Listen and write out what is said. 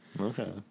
Okay